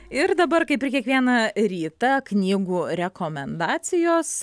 ir dabar kaip ir kiekvieną rytą knygų rekomendacijos